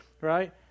Right